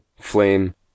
flame